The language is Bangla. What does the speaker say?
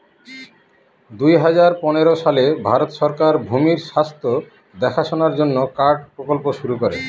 দুই হাজার পনেরো সালে ভারত সরকার ভূমির স্বাস্থ্য দেখাশোনার জন্য কার্ড প্রকল্প শুরু করে